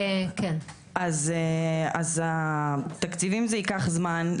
אז התקציבים זה ייקח זמן.